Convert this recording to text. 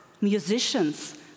musicians